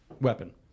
weapon